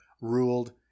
ruled